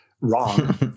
wrong